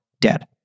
dead